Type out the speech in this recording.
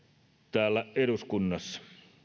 täällä eduskunnassa